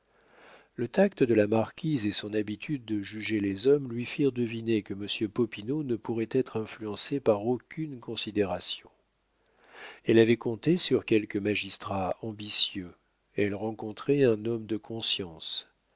le tact de la marquise et son habitude de juger les hommes lui firent deviner que monsieur popinot ne pourrait être influencé par aucune considération elle avait compté sur quelque magistrat ambitieux elle rencontrait un homme de conscience